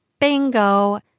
Bingo